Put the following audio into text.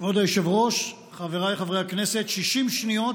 כבוד היושב-ראש, חבריי חברי הכנסת, 60 שניות